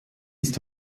ist